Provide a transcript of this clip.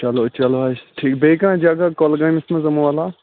چَلو چَلو حظ ٹھیٖک بیٚیہِ کانٛہہ جگہ کۄلگٲمِس منٛز یِمو علاو